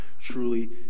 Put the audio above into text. truly